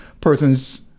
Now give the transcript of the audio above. persons